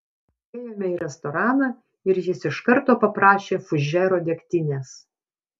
atėjome į restoraną ir jis iš karto paprašė fužero degtinės